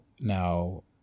now